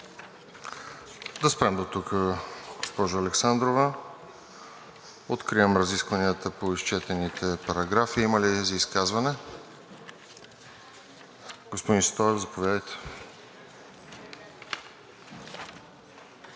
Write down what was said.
Да спрем дотук, госпожо Александрова. Откривам разискванията по изчетените параграфи. Има ли за изказване? Господин Стоев, заповядайте.